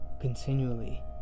continually